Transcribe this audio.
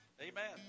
Amen